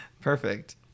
Perfect